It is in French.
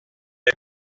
les